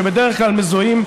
שבדרך כלל מזוהים,